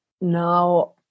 now